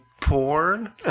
porn